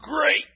Great